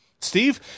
Steve